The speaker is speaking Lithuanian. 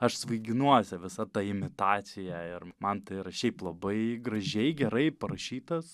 aš svaiginuosi visa ta imitacija ir man tai yra šiaip labai gražiai gerai parašytas